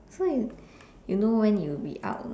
so you you know when it will be out or not